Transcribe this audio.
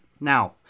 Now